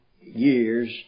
years